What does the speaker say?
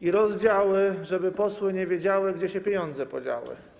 i rozdziały, żeby posły nie wiedziały, gdzie się pieniądze podziały.